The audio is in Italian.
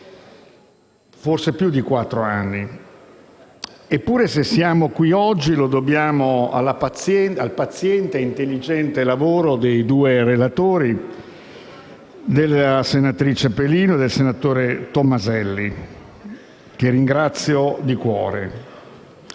non mesi, ma quattro anni, e forse più. Se siamo qui oggi, lo dobbiamo al paziente e intelligente lavoro dei due relatori, la senatrice Pelino e il senatore Tomaselli, che ringrazio di cuore.